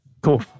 cool